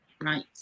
Right